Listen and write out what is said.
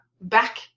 back